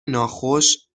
ناخوش